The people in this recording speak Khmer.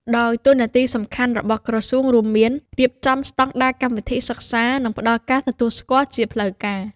ដោយតួនាទីសំខាន់របស់ក្រសួងរួមមាន រៀបចំស្តង់ដារកម្មវិធីសិក្សា និងផ្តល់ការទទួលស្គាល់ជាផ្លូវការ។